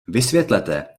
vysvětlete